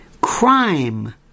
crime